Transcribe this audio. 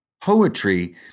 Poetry